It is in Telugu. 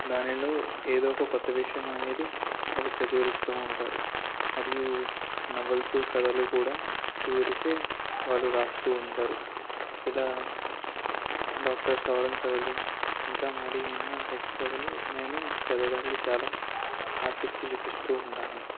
దానిలో ఏదో ఒక కొత్త విషయం అనేది వాళ్ళు ప్రచురిస్తూ ఉంటారు మరియూ నవల్సు కథలు కూడా కుదిరితే వాళ్ళు రాస్తూ ఉంటారు ఇలా డాక్టర్ సవరం కథలు ఇంకా మరి ఎన్నో సెక్స్ కథలు నేను చదవడానికి చాలా ఆసక్తి చూపిస్తూంటాను